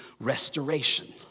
restoration